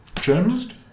journalist